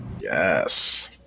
yes